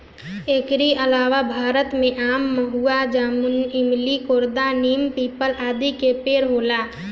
एकरी अलावा भारत में आम, महुआ, जामुन, इमली, करोंदा, नीम, पीपल, आदि के पेड़ होला